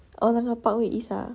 orh 那个 parkway east ah